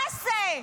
מה זה?